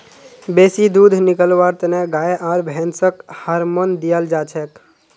बेसी दूध निकलव्वार तने गाय आर भैंसक हार्मोन दियाल जाछेक